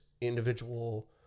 individual